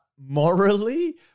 morally